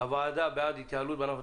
הוועדה בעד התייעלות בענף,